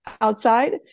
outside